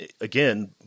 again